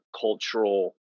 cultural